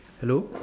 hello